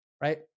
right